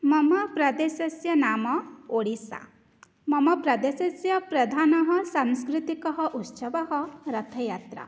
मम प्रदेशस्य नाम ओडिसा मम प्रदेशस्य प्रधानः सांस्कृतिकः उत्सवः रथयात्रा